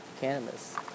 Cannabis